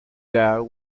girl